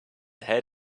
head